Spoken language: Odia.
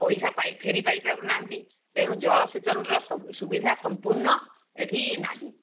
ପଇସା ପାଇ ଫେରି ପାଇପାରୁ ନାହାନ୍ତି ତେଣୁ ଜଳସେଚନର ସବୁ ସୁବିଧା ସମ୍ପୂର୍ଣ୍ଣ ଏଠି ନାହିଁ